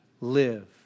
live